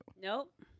Nope